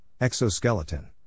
exoskeleton